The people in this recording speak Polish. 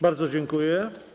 Bardzo dziękuję.